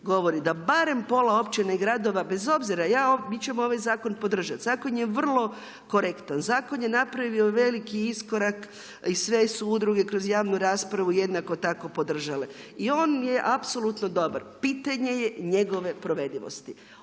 govori da barem pola općina i gradova bez obzira, mi ćemo ovaj zakon podržati. Zakon je vrlo korektan. Zakon je napravio veliki iskorak i sve su udruge kroz javnu raspravu jednako tako podržale i on je apsolutno dobar. Pitanje je njegove provedivosti.